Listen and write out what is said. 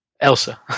Elsa